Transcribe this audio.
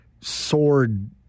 sword